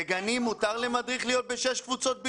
בגנים מותר למדריך להיות בשש קבוצות ביום?